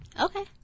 Okay